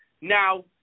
Now